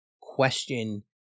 question